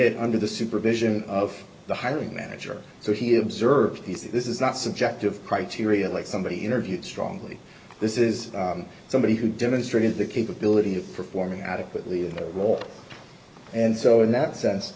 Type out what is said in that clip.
it under the supervision of the hiring manager so he observed he says this is not subjective criteria like somebody interviewed strongly this is somebody who demonstrated the capability of performing adequately that role and so in that